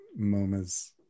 MoMA's